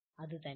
അത് തന്നെ